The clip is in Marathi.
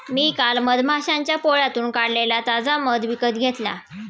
मी काल मधमाश्यांच्या पोळ्यातून काढलेला ताजा मध विकत घेतला